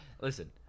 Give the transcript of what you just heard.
Listen